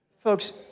Folks